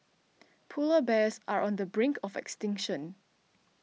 Polar Bears are on the brink of extinction